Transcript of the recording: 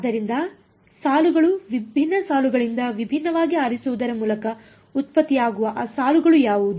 ಆದ್ದರಿಂದ ಆದ್ದರಿಂದ ಸಾಲುಗಳು ವಿಭಿನ್ನ ಸಾಲುಗಳಿಂದ ವಿಭಿನ್ನವಾಗಿ ಆರಿಸುವುದರ ಮೂಲಕ ಉತ್ಪತ್ತಿಯಾಗುವ ಆ ಸಾಲುಗಳು ಯಾವುದು